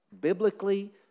Biblically